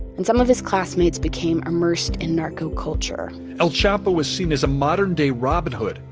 and some of his classmates became immersed in narcoculture el chapo was seen as a modern-day robin hood,